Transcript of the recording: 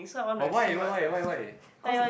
but why why why why why cause